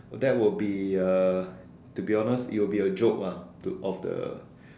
that would be uh to be honest it would be a joke ah to of the